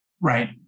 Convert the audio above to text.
right